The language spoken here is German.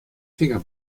finger